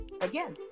again